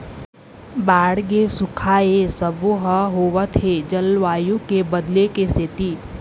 बाड़गे, सुखा ए सबो ह होवत हे जलवायु के बदले के सेती